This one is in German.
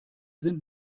sind